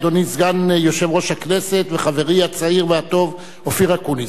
אדוני סגן יושב-ראש הכנסת וחברי הצעיר והטוב אופיר אקוניס: